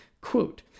quote